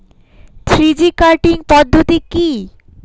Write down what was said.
Three G cutting পদ্ধতি কি?